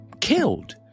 killed